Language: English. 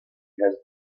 has